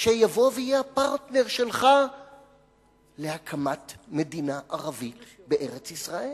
שיבוא ויהיה הפרטנר שלך להקמת מדינה ערבית בארץ-ישראל.